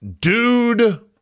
dude